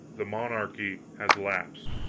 the monarchy has lapsed,